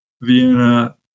Vienna